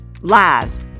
lives